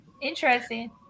interesting